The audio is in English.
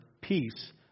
peace